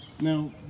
Now